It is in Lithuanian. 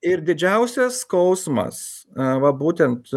ir didžiausias skausmas a va būtent